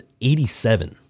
87